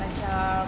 macam